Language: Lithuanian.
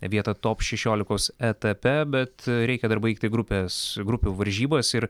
vietą top šešiolikos etape bet reikia dar baigti grupės grupių varžybas ir